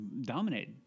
Dominate